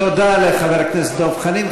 תודה לחבר הכנסת דב חנין.